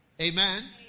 amen